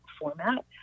format